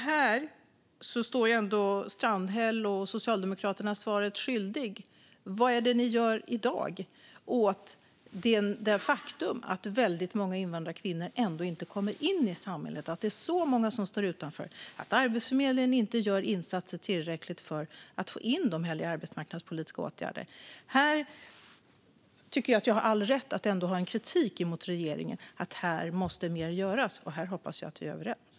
Här blir ändå Strandhäll och Socialdemokraterna svaret skyldiga. Vad gör ni i dag åt det faktum att väldigt många invandrarkvinnor ändå inte kommer in i samhället - att så många står utanför och att Arbetsförmedlingen inte heller gör tillräckliga insatser för att få in dem i arbetsmarknadspolitiska åtgärder? Här tycker jag att jag har all rätt att framföra kritik mot regeringen. Här måste mer göras - jag hoppas att vi är överens.